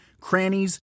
crannies